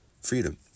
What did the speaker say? freedom